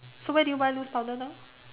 so where do you buy loose powder now